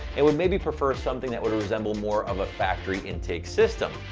and would maybe prefer something that would resemble more of a factory intake system.